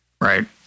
right